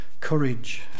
courage